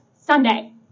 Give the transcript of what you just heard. Sunday